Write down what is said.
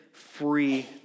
free